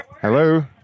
Hello